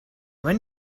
when